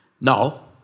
No